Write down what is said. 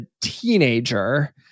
teenager